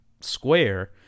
square